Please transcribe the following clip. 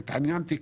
התעניינתי,